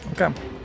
Okay